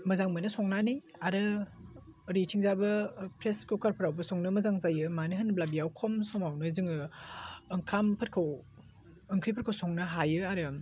मोजां नोमो संनानै आरो ओरैथिंजायबो प्रेसार कुखार फ्रावबो संनो मोजां जायो मानो होनोब्ला बेयाव खम समावनो जोङो ओंखामफोरखौ ओंख्रिफोरखौ संनो हायो आरो